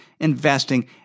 investing